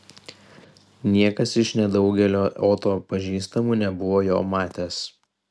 niekas iš nedaugelio oto pažįstamų nebuvo jo matęs